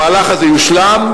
המהלך הזה יושלם,